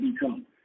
become